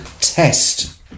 test